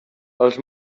els